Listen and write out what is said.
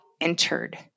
entered